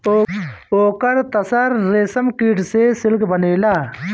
ओकर तसर रेशमकीट से सिल्क बनेला